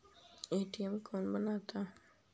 ATM कैसे बनता?